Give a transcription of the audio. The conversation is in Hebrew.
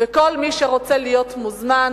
וכל מי שרוצה להיות מוזמן,